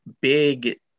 big